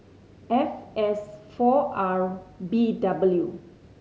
F S four R B W